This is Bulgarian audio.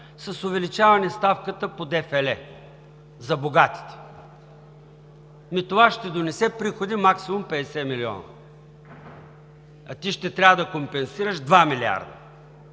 с увеличаване на ставката по ДФЛ за богатите? Това ще донесе приходи от максимум 50 милиона, а ти ще трябва да компенсираш 2 милиарда.